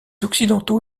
occidentaux